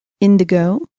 Indigo